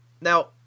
Now